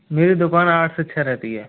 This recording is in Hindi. मेरी दुकान आठ से छः रहती है